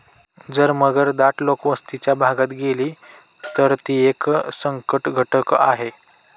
जर मगर दाट लोकवस्तीच्या भागात गेली, तर ती एक संकटघटक आहे